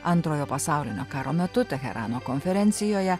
antrojo pasaulinio karo metu teherano konferencijoje